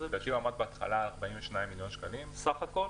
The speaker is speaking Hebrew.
על 60 מיליוני שקלים בשנה.